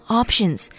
options